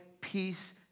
peace